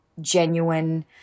genuine